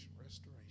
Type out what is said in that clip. restoration